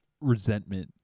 resentment